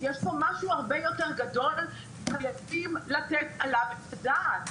יש פה משהו הרבה יותר גדול וחייבים לתת עליו את הדעת,